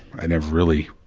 i never really